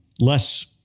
Less